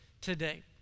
today